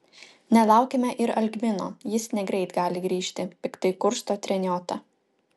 nelaukime ir algmino jis negreit gali grįžti piktai kursto treniota